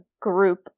group